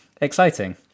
exciting